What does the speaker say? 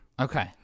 Okay